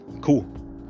cool